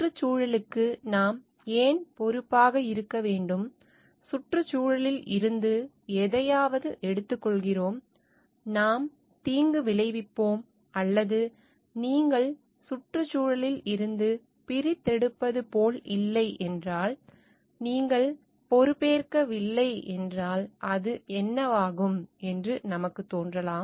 சுற்றுச்சூழலுக்கு நாம் ஏன் பொறுப்பாக இருக்க வேண்டும் சுற்றுச்சூழலில் இருந்து எதையாவது எடுத்துக்கொள்கிறோம் நாம் தீங்கு விளைவிப்போம் அல்லது நீங்கள் சுற்றுசூழலில் இருந்து பிரித்தெடுப்பது போல் இல்லை என்றால் நீங்கள் பொறுப்பேற்கவில்லை என்றால் அது என்னவாகும் என்று நமக்கு தோன்றலாம்